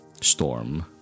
Storm